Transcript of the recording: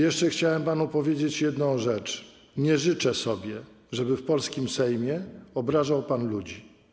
Jeszcze chciałem panu powiedzieć jedną rzecz: nie życzę sobie, żeby w polskim Sejmie obrażał pan ludzi.